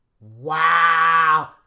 Wow